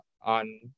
on